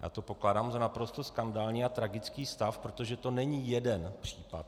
Já to pokládám za naprosto skandální a tragický stav, protože to není jeden případ.